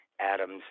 Adam's